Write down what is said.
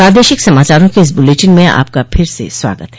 प्रादेशिक समाचारों के इस बुलेटिन में आपका फिर से स्वागत है